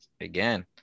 again